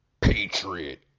Patriot